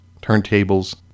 turntables